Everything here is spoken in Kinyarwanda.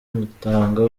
butanga